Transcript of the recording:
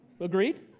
Agreed